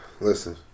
Listen